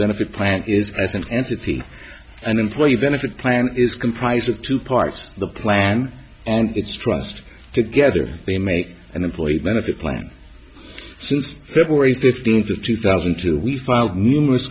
benefit plan is as an entity and employee benefit plan is comprised of two parts the plan and its trust together they make an employee benefit plan since february fifteenth of two thousand and two we filed numerous